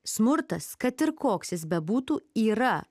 smurtas kad ir koks jis bebūtų yra